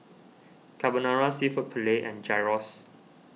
Carbonara Seafood Paella and Gyros